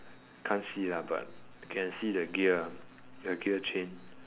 can't see lah but can see the gear ah the gear chain